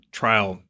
trial